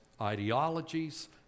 ideologies